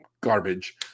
garbage